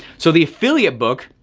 so the affiliate book,